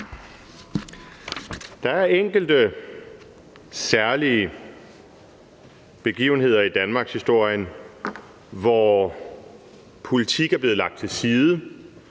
Der er enkelte særlige begivenheder i danmarkshistorien, hvor politik er blevet lagt til side,